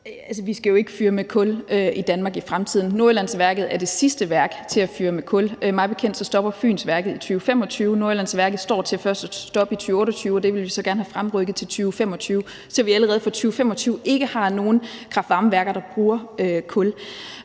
Vi skal jo ikke fyre med kul i Danmark i fremtiden. Nordjyllandsværket er det sidste værk til at fyre med kul. Mig bekendt stopper Fynsværket i 2025. Nordjyllandsværket står til først at stoppe i 2028, og det vil vi så gerne have fremrykket til 2025, så vi allerede fra 2025 ikke har nogen kraft-varme-værker, der bruger kul.